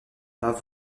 pas